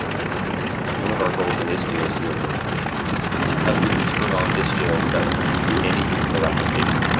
one of our goals in istio is to be able to like have people turn on istio without having to do anything to their application,